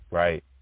right